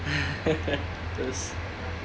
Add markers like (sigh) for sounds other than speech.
(noise) yes